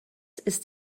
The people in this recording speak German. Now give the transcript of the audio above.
ist